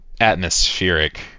atmospheric